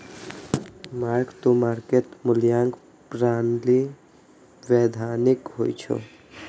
mark to market मूल्यांकन प्रणाली वैधानिक होइ छै